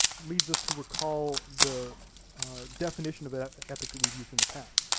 leads us to recall the definition of epic that we've used in the past.